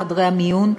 חדרי המיון,